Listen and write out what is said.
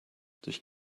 durch